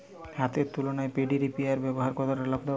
হাতের তুলনায় paddy reaper ব্যবহার কতটা লাভদায়ক?